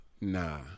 nah